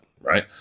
right